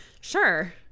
sure